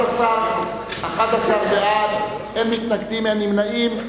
11 בעד, אין מתנגדים ואין נמנעים.